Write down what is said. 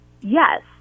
yes